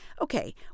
okay